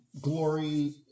glory